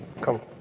Come